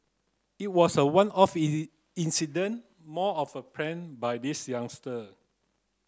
it was a one off incident more of a prank by this youngster